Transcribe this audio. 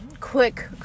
quick